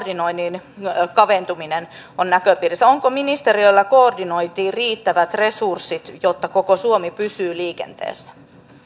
koordinoinnin kaventuminen on näköpiirissä onko ministeriöllä koordinointiin riittävät resurssit jotta koko suomi pysyy liikenteessä